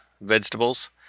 vegetables